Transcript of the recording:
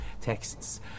texts